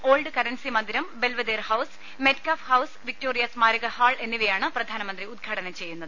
old currency മന്ദിരം Belvedere house Metcalfe house Victoria സ്മാരക hall എന്നിവയാണ് പ്രധാനമന്ത്രി ഉദ്ഘാടനം ചെയ്യുന്നത്